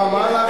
מה הלחץ?